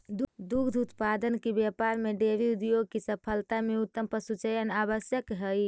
दुग्ध उत्पादन के व्यापार में डेयरी उद्योग की सफलता में उत्तम पशुचयन आवश्यक हई